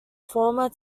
former